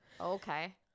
Okay